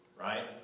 right